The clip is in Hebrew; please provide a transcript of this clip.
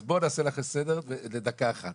אז בואו נעשה לכם סדר בדקה אחת.